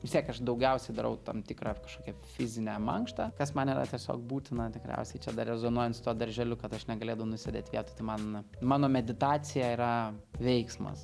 vis tiek aš daugiausiai darau tam tikrą kažkokią fizinę mankštą kas man yra tiesiog būtina tikriausiai čia rezonuojant su tuo darželiu kad aš negalėdavau nusėdėt vietoj man mano meditacija yra veiksmas